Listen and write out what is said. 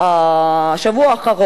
בשבוע האחרון,